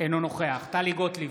אינו נוכח טלי גוטליב,